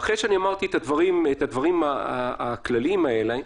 ואחרי שאמרתי את הדברים הכלליים האלה,